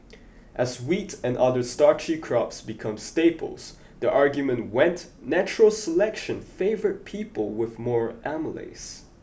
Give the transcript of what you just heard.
as wheat and other starchy crops became staples the argument went natural selection favoured people with more amylase